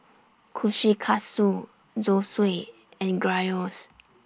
Kushikatsu Zosui and Gyros